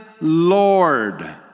Lord